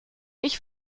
ich